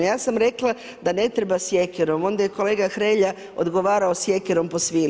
Ja sam rekla da ne treba sjekirom, onda je kolega Hrelja odgovarao sjekirom po svili.